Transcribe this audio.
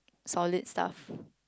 solid stuffs